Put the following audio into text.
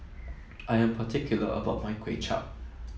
I am particular about my Kway Chap